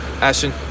Ashton